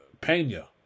Pena